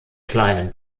kleinem